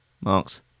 marks